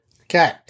Okay